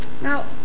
Now